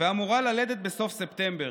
ואמורה ללדת בסוף ספטמבר.